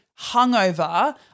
hungover